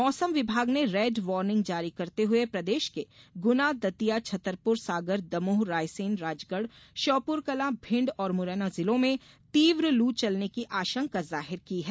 मौसम विभाग ने रेड वार्निंग जारी करते हुए प्रदेश के गुना दतिया छतरपुर सागर दमोह रायसेन राजगढ़ श्योपुरकला भिण्ड और मुरैना जिलों में तीव्र लू चलने की आशंका जाहिर की है